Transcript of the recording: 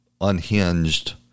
unhinged